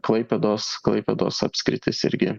klaipėdos klaipėdos apskritis irgi